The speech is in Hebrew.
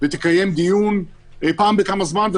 ותקיים דיון פעם בכמה זמן,